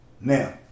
Now